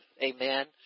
amen